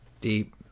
deep